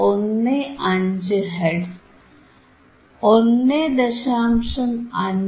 15 hertz 1